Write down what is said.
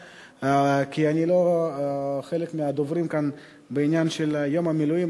אני לא חלק מהדוברים כאן בעניין של יום המילואים,